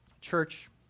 Church